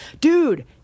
Dude